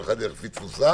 ואחד ילך לפי תפוסה,